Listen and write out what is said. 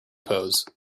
pose